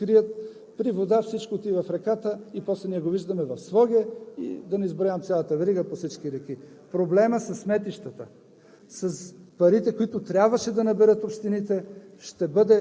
опитват се да ги зарият с малко земя, така да ги рекултивират, да скрият. При вода всичко отива в реката и после ние го виждаме в Своге и да не изброявам цялата верига по всички реки. Проблемът със сметищата.